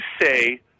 say